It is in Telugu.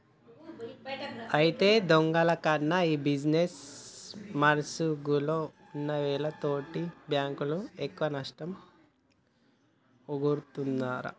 అయితే దొంగల కన్నా ఈ బిజినేస్ ముసుగులో ఉన్నోల్లు తోటి బాంకులకు ఎక్కువ నష్టం ఒరుగుతుందిరా